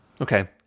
Okay